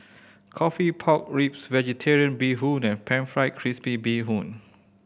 coffee pork ribs Vegetarian Bee Hoon and Pan Fried Crispy Bee Hoon